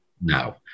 No